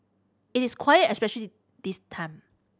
it is quiet especially this time